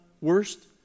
worst